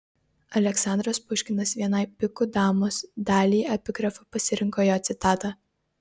aleksandras puškinas vienai pikų damos daliai epigrafu pasirinko jo citatą